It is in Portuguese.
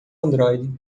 android